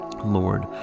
Lord